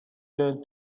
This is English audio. learn